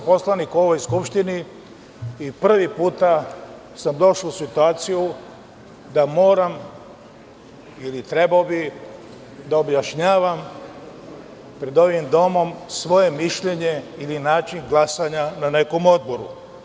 Dugo sam poslanik u ovoj Skupštini i prvi put sam došao u situaciju da moram, ili bi trebao da objašnjavam pred ovim domom svoje mišljenje ili način glasanja na nekom odboru.